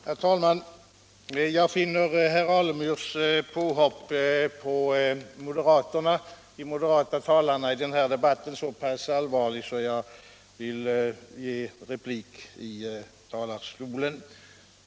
Herr talman! Jag finner herr Alemyrs påhopp på de moderata talarna i den här debatten så pass allvarligt att jag vill replikera från talarstolen.